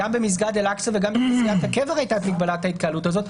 גם במסגד אל אקצה וגם בכנסיית הקבר הייתה את מגבלת ההתקהלות הזו,